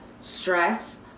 stress